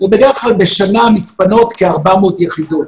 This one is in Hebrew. ובדרך כלל בשנה מתפנות כ-400 יחידות.